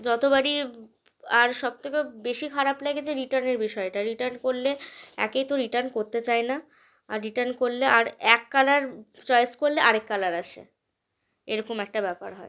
যতবারই আর সবথেকে বেশি খারাপ লেগেছে রিটার্নের বিষয়টা রিটার্ন করলে একে তো রিটার্ন করতে চায় না আর রিটার্ন করলে আর এক কালার চয়েস করলে আর এক কালার আসে এরকম একটা ব্যাপার হয়